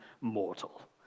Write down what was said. mortal